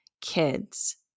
kids